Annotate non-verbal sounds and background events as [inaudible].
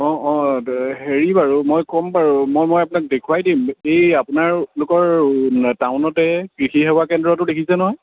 অঁ অঁ হেৰি বাৰু মই ক'ম বাৰু মই মই আপোনাক দেখুৱাই দিম [unintelligible] আপোনালোকৰ টাউনতে কৃষি সেৱা কেন্দ্ৰটো দেখিছে নহয়